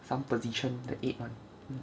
some position the eight [one]